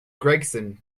gregson